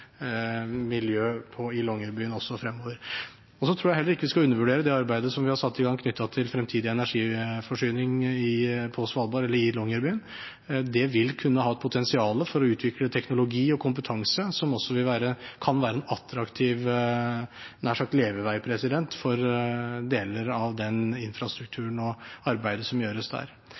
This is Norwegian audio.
miljø i Longyearbyen også fremover. Jeg tror heller ikke at vi skal undervurdere det arbeidet som vi har satt i gang knyttet til fremtidig energiforsyning i Longyearbyen. Det vil kunne ha et potensial til å utvikle teknologi og kompetanse, som også kan være en attraktiv – jeg hadde nær sagt – levevei for deler av den infrastrukturen og det arbeidet som gjøres der.